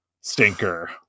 stinker